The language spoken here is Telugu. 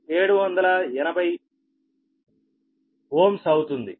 06∟780 Ω అవుతుంది